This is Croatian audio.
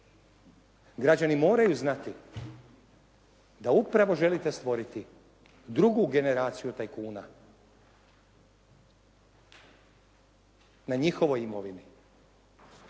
Građani moraju znati da upravo želite stvoriti drugu generaciju tajkuna na njihovoj imovini